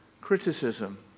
criticism